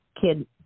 kid